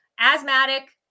asthmatic